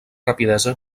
rapidesa